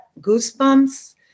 goosebumps